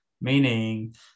meaning